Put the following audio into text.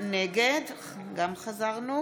נגד